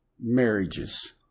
marriages